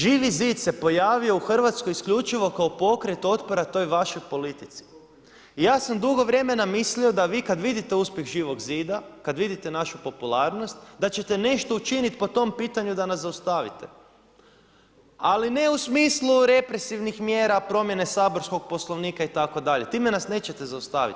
Živi zid se pojavio u Hrvatskoj isključivo kao pokret otpora toj vašoj politici i ja sam dugo vremena mislio da vi kada vidite uspjeh Živog zida, kada vidite našu popularnost da ćete nešto učiniti po tom pitanju da nas zaustavite, ali ne u smislu represivnih mjera promjene saborskog poslovnika itd. time nas nećete zaustaviti.